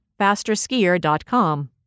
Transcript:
Fasterskier.com